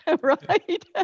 Right